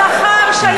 שכר של, הטרדה מינית.